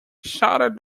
shouted